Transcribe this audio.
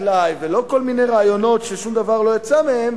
ולא טלאי על טלאי ולא כל מיני רעיונות ששום דבר לא יצא מהם,